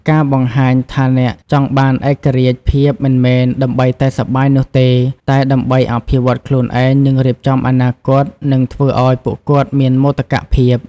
ការបង្ហាញថាអ្នកចង់បានឯករាជ្យភាពមិនមែនដើម្បីតែសប្បាយនោះទេ តែដើម្បីអភិវឌ្ឍន៍ខ្លួនឯង និងរៀបចំអនាគត នឹងធ្វើឲ្យពួកគាត់មានមោទកភាព។